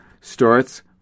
starts